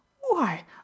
Why